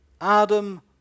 Adam